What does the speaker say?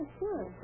sure